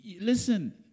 Listen